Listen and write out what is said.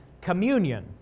Communion